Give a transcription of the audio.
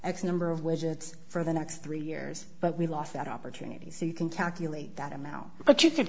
x number of widgets for the next three years but we lost that opportunity so you can calculate that amount but you could